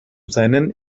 seinen